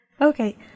Okay